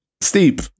steep